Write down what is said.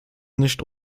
nicht